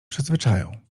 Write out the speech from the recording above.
przyzwyczają